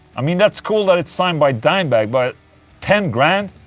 i mean, that's cool that it's signed by dimebag but ten grand.